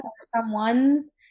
someone's